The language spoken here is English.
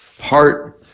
heart